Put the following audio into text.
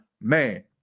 man